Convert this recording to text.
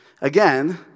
Again